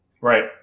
Right